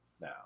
now